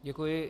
Děkuji.